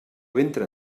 ventre